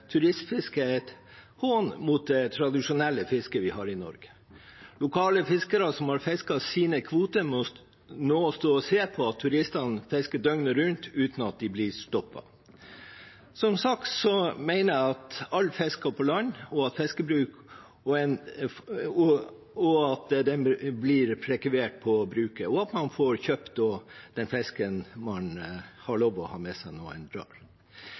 turistfisket er en hån mot det tradisjonelle fisket vi har i Norge. Lokale fiskere som har fisket sine kvoter, må nå stå og se på at turistene fisker døgnet rundt uten at de blir stoppet. Som sagt mener jeg at all fisk skal på land og bli prekavert på fiskebruket, og at man da får kjøpe den fisken man har lov til å ha med seg når man drar. En